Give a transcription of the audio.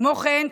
כמו כן,